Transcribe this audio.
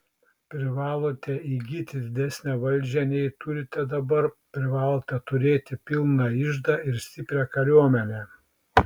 privalote įgyti didesnę valdžią nei turite dabar privalote turėti pilną iždą ir stiprią kariuomenę